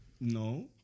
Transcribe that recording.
No